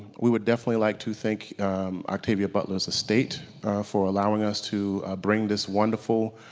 we would definitely like to thank octavia butler's estate for allowing us to bring this wonderful,